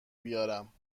بیارم